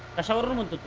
a tournament